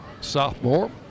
Sophomore